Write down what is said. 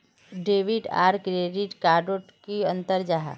Debit आर credit card डोट की अंतर जाहा?